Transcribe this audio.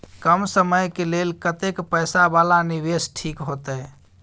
कम समय के लेल कतेक पैसा वाला निवेश ठीक होते?